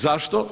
Zašto?